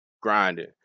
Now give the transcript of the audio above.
grinding